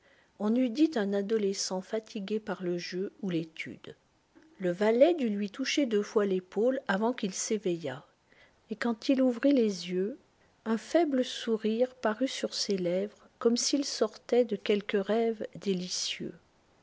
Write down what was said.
on eût dit un adolescent fatigué par le jeu ou l'étude le valet dut lui toucher deux fois l'épaule avant qu'il s'éveillât et quand il ouvrit les yeux un faible sourire parut sur ses lèvres comme s'il sortait de quelque rêve délicieux